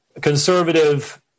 conservative